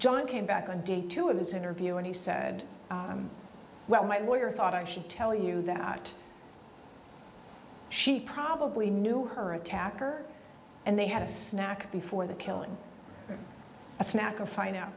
john came back on day two of his interview and he said well my lawyer thought i should tell you that she probably knew her attacker and they had a snack before the killing a snack or find out